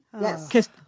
Yes